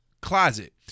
closet